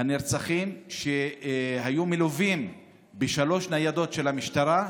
הנרצחים היו מלווים בשלוש ניידות משטרה,